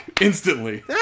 Instantly